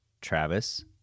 Travis